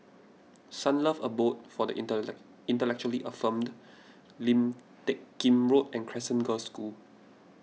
Sunlove Abode for the Inter Intellectually Infirmed Lim Teck Kim Road and Crescent Girls' School